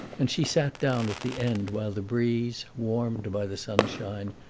and she sat down at the end while the breeze, warmed by the sunshine,